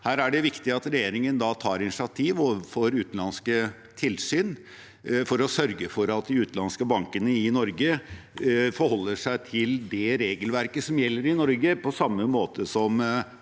Her er det viktig at regjeringen tar initiativ overfor utenlandske tilsyn for å sørge for at de utenlandske bankene i Norge forholder seg til det regelverket som gjelder i Norge, på samme måte som